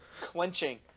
clenching